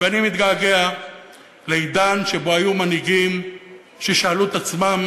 ואני מתגעגע לעידן שבו היו מנהיגים ששאלו את עצמם